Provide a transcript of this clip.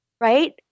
Right